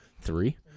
Three